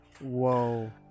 Whoa